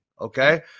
okay